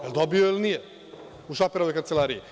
Jel dobio ili nije u Šaperovoj kancelariji?